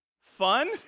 Fun